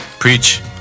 Preach